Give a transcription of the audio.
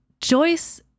Joyce